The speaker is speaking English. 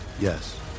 Yes